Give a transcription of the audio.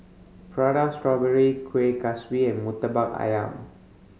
Prata Strawberry Kuih Kaswi and Murtabak Ayam